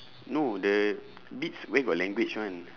no the beats where got language [one]